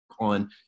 on